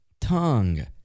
tongue